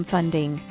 Funding